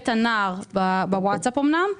בית הנער, אמנם בווטצאפ,